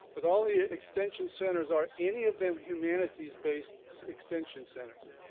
with all the ah extension centers are any of them humanity based extension centers?